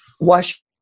wash